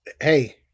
hey